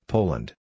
Poland